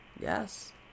Yes